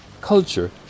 culture